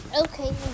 Okay